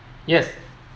yes